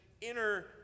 Inner